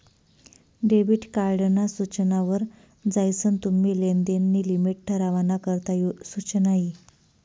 debit card ना सूचना वर जायीसन तुम्ही लेनदेन नी लिमिट ठरावाना करता सुचना यी